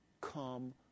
come